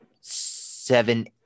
seven